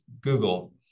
Google